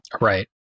Right